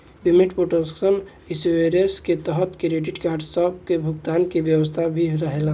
payment protection insurance के तहत credit card सब के भुगतान के व्यवस्था भी रहेला